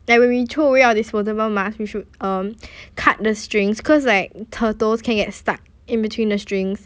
like when we throw away our disposable mask we should um cut the strings because like turtles can get stuck in between the strings